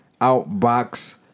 outbox